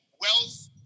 wealth